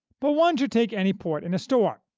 but one should take any port in a storm,